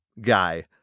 guy